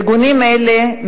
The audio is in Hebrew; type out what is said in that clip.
ארגונים אלה,